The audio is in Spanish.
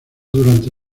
durante